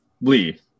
Lee